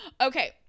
Okay